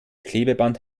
klebeband